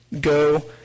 Go